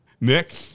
Nick